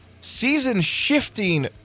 season-shifting